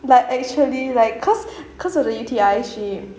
but actually like cause cause of the U_T_I she